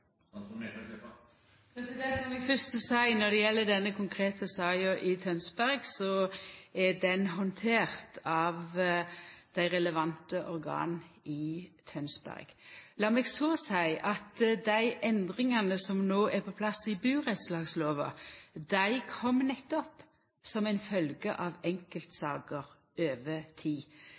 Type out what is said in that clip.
Tønsberg, så er ho handtert av dei relevante organa i Tønsberg. Lat meg så seia at dei endringane som no er på plass i burettslagslova, nettopp kom som ei følgje av enkeltsaker over tid.